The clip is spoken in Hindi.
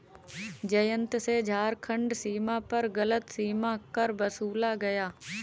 जयंत से झारखंड सीमा पर गलत सीमा कर वसूला गया